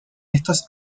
estos